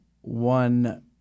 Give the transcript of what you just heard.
one